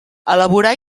elaborar